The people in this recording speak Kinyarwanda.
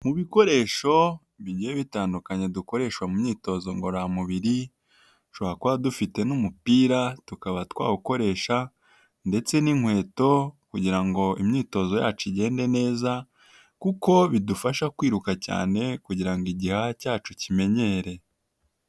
Mu bikoresho bigiye bitandukanye dukoresha mu myitozo ngororamubiri dushobora kuba dufite n'umupira tukaba twawukoresha ndetse n'inkweto kugira ngo imyitozo yacu igende neza kuko bidufasha kwiruka cyane kugira ngo igihaya cyacu kimenyere.